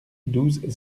douze